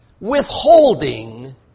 Withholding